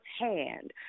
hand